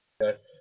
Okay